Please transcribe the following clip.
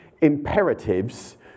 imperatives